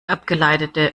abgeleitete